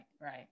right